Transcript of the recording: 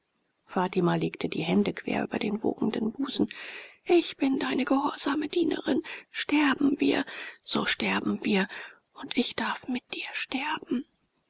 fatima legte die hände quer über den wogenden busen ich bin deine gehorsame dienerin sterben wir so sterben wir und ich darf mit dir sterben